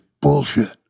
Bullshit